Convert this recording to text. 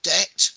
Debt